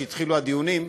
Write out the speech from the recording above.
כשהתחילו הדיונים,